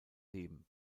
leben